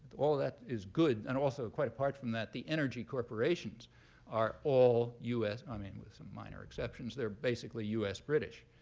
all of that is good. and also, quite apart from that, the energy corporations are all us i mean, with some minor exceptions, they're basically us-british.